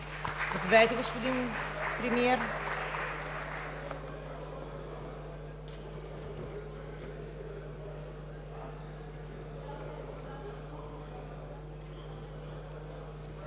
Заповядайте, господин Премиер.